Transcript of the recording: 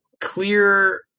clear